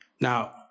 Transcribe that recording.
Now